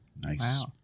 Nice